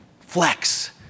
flex